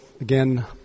again